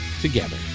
together